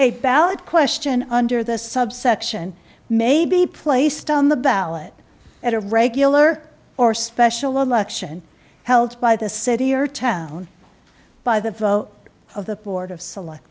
ballot question under the subsection may be placed on the ballot at a regular or special election held by the city or town by the vote of the board of select